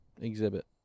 exhibit